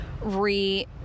re